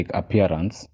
appearance